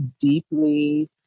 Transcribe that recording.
deeply